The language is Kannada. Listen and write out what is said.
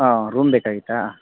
ಹಾಂ ರೂಮ್ ಬೇಕಾಗಿತ್ತಾ